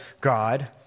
God